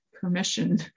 permission